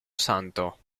santo